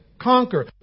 conquer